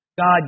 God